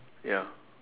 ya